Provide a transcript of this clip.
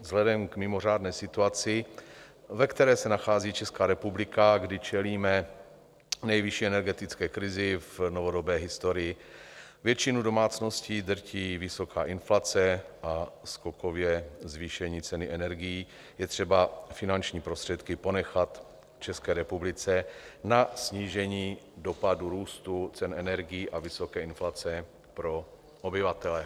Vzhledem k mimořádné situaci, ve které se nachází Česká republika, kdy čelíme nejvyšší energetické krizi v novodobé historii, většinu domácnosti drtí vysoká inflace a skokové zvýšení ceny energií, je třeba finanční prostředky ponechat v České republice na snížení dopadu růstu cen energií a vysoké inflace pro obyvatele.